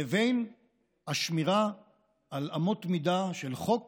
לבין השמירה על אמות מידה של חוק